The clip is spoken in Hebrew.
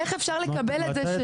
איך אפשר לקבל את זה?